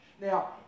Now